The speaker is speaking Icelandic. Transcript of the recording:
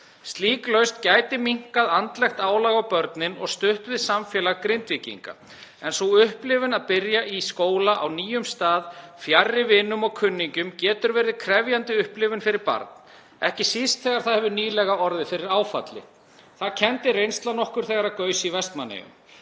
Slík lausn gæti minnkað andlegt álag á börnin og stutt við samfélag Grindvíkinga en sú upplifun að byrja í skóla á nýjum stað, fjarri vinum og kunningjum getur verið krefjandi upplifun fyrir barn, ekki síst þegar það hefur nýlega orðið fyrir áfalli. Það kenndi reynslan okkur þegar gaus í Vestmannaeyjum.